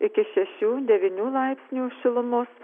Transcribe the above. iki šešių devynių laipsnių šilumos